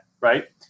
right